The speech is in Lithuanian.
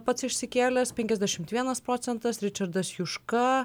pats išsikėlęs penkiasdešimt procentas ričardas juška